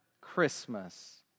Christmas